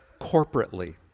corporately